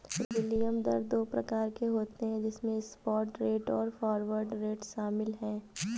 विनिमय दर दो प्रकार के होते है जिसमे स्पॉट रेट और फॉरवर्ड रेट शामिल है